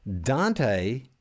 Dante